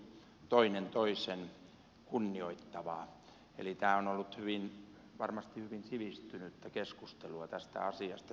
se on ollut kovin toinen toista kunnioittavaa eli tämä on ollut varmasti hyvin sivistynyttä keskustelua tästä asiasta ja se on ilahduttavaa